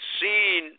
seen